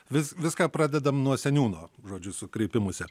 vis viską pradedam nuo seniūno žodžiu su kreipimusi